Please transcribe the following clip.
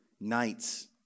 nights